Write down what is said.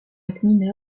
gmina